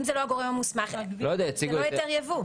אם זה לא הגורם המוסמך, זה לא היתר יבוא.